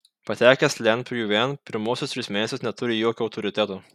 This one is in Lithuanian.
patekęs lentpjūvėn pirmuosius tris mėnesius neturi jokio autoriteto